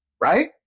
right